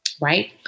Right